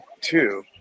Two